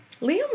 Liam